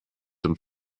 dem